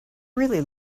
really